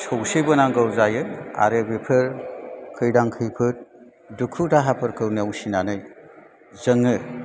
सौसिबोनांगौ जायो आरो बेफोर खैदां खैफोद दुखु दाहाफोरखौ नेवसिनानै जोङो